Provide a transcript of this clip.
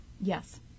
Yes